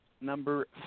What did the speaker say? number